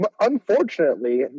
unfortunately